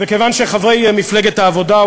וכיוון שחברי מפלגת העבודה,